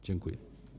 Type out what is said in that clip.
Dziękuję.